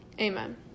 amen